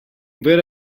vero